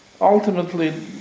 ultimately